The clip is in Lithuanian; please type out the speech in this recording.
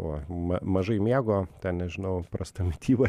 oi ma mažai miego ten nežinau prasta mityba